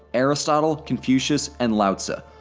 aristotle, confucius and lao tzu.